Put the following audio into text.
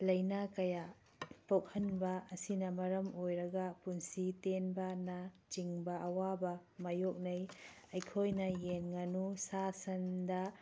ꯂꯩꯅꯥ ꯀꯌꯥ ꯄꯣꯛꯍꯟꯕ ꯑꯁꯤꯅ ꯃꯔꯝ ꯑꯣꯏꯔꯒ ꯄꯨꯟꯁꯤ ꯇꯦꯟꯕꯅ ꯆꯤꯡꯕ ꯑꯋꯥꯕ ꯃꯥꯏꯌꯣꯛꯅꯩ ꯑꯩꯈꯣꯏꯅ ꯌꯦꯟ ꯉꯥꯅꯨ ꯁꯥ ꯁꯟꯗ